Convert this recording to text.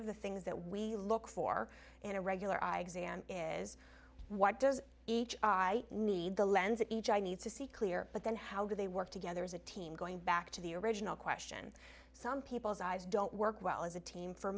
of the things that we look for in a regular eye exam is what does each i need the lens each i need to see clear but then how do they work together as a team going back to the original question some people's eyes don't work well as a team for